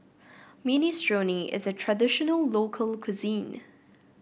minestrone is a traditional local cuisine